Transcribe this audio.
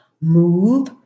move